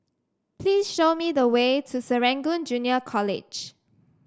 please show me the way to Serangoon Junior College